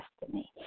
destiny